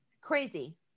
crazy